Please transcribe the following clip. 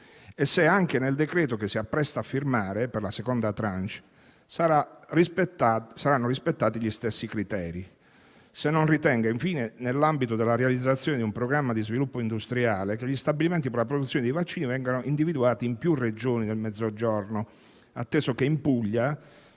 se anche nel decreto che si appresta a firmare per la seconda *tranche* saranno rispettati gli stessi criteri; se non ritenga, infine, nell'ambito della realizzazione di un programma di sviluppo industriale, che gli stabilimenti per la produzione di vaccini vengano individuati in più Regioni del Mezzogiorno, atteso che in Puglia